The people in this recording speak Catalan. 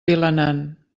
vilanant